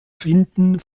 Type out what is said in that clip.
finden